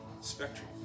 spectrum